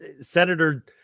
senator